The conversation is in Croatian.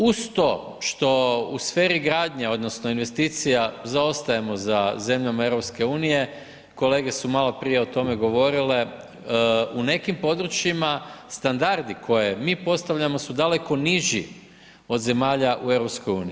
Uz to što u sferi gradnje, odnosno, investicija, zaostajemo za zemljama EU, kolege su maloprije o tome govorile, u nekim područjima, standardi koje mi postavljamo, su daleko niži od zemalja u EU.